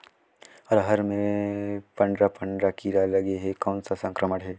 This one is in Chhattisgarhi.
अरहर मे पंडरा पंडरा कीरा लगे हे कौन सा संक्रमण हे?